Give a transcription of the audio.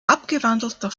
abgewandelter